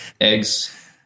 eggs